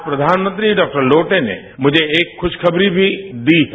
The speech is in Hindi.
आज फ्रधानमंत्री डॉक्टर लोतेय ने मुझे एक खुशखबरी भी दी है